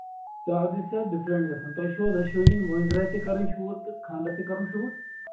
charges چھِ اَتھ different گژھان تۄہہِ چھُوا دوٚشؤنہِ مٲنٛزِ راتہِ تہِ کرٕنۍ شوٗٹ تہٕ خاندر تہِ کَرُن شوٗٹ